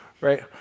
right